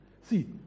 See